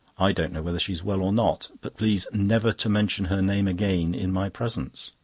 i don't know whether she is well or not, but please never to mention her name again in my presence.